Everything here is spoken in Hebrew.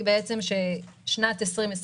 שנת 2020,